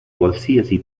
qualsiasi